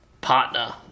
partner